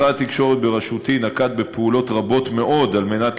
משרד התקשורת בראשותי נקט פעולות רבות מאוד על מנת